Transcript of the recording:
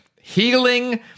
healing